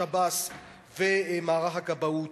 השב"ס ומערך הכבאות.